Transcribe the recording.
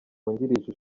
wungirije